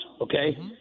okay